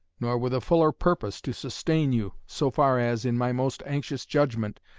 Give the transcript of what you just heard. nor with a fuller purpose to sustain you, so far as, in my most anxious judgment,